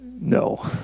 No